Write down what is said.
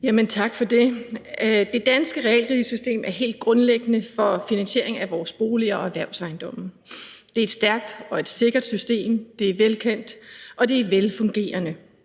(V): Tak for det. Det danske realkreditsystem er helt grundlæggende for finansiering af vores boliger og erhvervsejendomme. Det er et stærkt og et sikkert system, det er velkendt, og det er velfungerende.